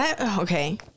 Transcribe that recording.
Okay